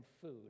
food